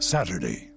Saturday